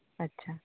ᱟᱪᱪᱷᱟ